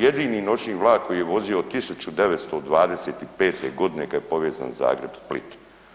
jedini noćni vlak koji je vozio od 1925.g. kada je povezan Zagreb-Split.